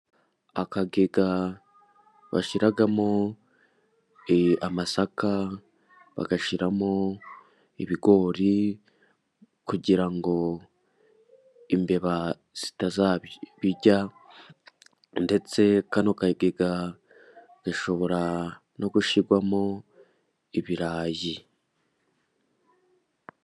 Akagega bashyiramo amasaka, bashyiramo ibigori kugira ngo imbeba zitazabijya ndetse kano kagega gashobora no gushyirwamo ibirayi